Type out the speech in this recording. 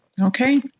Okay